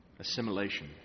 assimilation